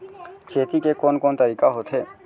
खेती के कोन कोन तरीका होथे?